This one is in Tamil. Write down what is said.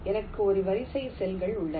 எனக்கு ஒரு வரிசை செல்கள் உள்ளன